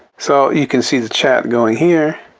so you can see the chat going here.